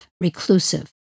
reclusive